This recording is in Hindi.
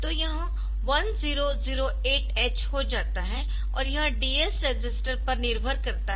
तो यह 1008H हो जाता है और यह DS रजिस्टर पर निर्भर करता है